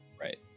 Right